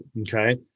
Okay